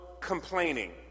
complaining